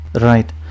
Right